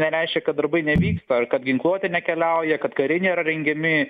nereiškia kad darbai nevyksta ar kad ginkluotė nekeliauja kad kariai nėra rengiami